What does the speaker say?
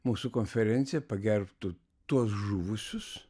mūsų konferencija pagerbtų tuos žuvusius